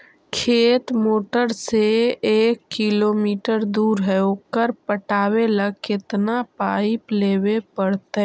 खेत मोटर से एक किलोमीटर दूर है ओकर पटाबे ल केतना पाइप लेबे पड़तै?